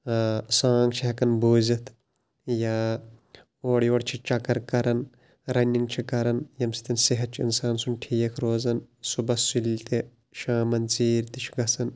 song چھِ ہیٚکان بوٗزِتھ یا اوٚرٕ یوٚر چھِ چَکَر کَران رَنِنٛگ چھِ کَران ییٚمہِ سٍتۍ صحتھ چھُ اِنسان سُنٛد ٹھیٖک روزان صُحبَس سُلی تہٕ شامَن ژیٖرۍ تہِ چھِ گَژھان